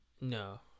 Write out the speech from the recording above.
No